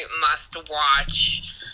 must-watch